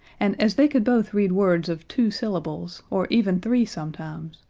and as they could both read words of two syllables or even three sometimes,